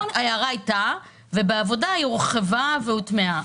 ההערה היתה ובעבודה היא הורחבה והוטמעה.